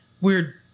Weird